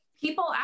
people